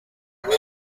pour